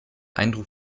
eindruck